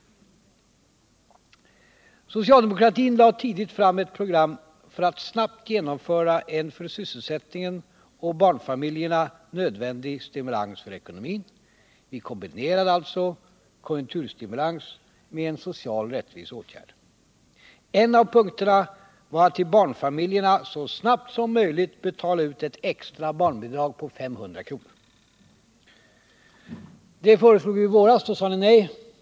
Socialdemokratin lade tidigt fram ett program för att snabbt genomföra en för sysselsättningen och barnfamiljerna nödvändig stimulans av ekonomin. Vi kombinerade alltså konjunkturstimulans med en social rättviseåtgärd. En av punkterna var att till barnfamiljerna så snabbt som möjligt betala ut ett extra barnbidrag på 500 kr. Det föreslog vi i våras. Då sade ni nej.